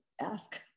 ask